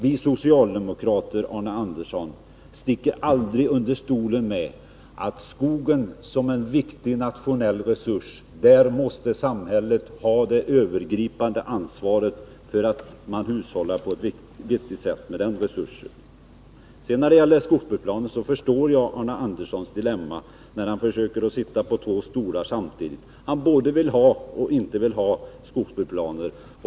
Vi socialdemokrater, Arne Andersson, sticker aldrig under stol med, att samhället måste ha det övergripande ansvaret för en vettig hushållning med den viktiga nationella resurs som skogen utgör. När det sedan gäller skogsbruksplaner förstår jag Arne Anderssons dilemma, då han försöker sitta på två stolar samtidigt. Han både vill ha och inte vill ha skogsbruksplaner.